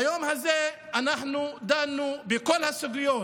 ביום הזה אנחנו דנו בכל הסוגיות